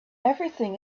everything